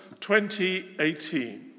2018